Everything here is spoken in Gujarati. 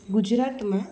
ગુજરાતમાં